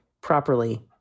properly